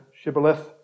shibboleth